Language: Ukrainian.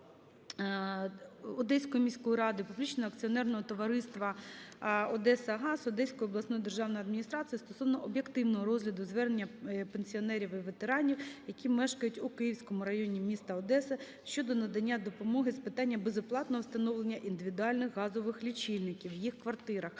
Одеської міської ради, Публічного акціонерного товариства "Одесагаз", Одеської обласної державної адміністрації стосовно об'єктивного розгляду звернення пенсіонерів і ветеранів, які мешкають у Київському районі міста Одеса щодо надання допомоги з питання безоплатного встановлення індивідуальних газових лічильників в їх квартирах.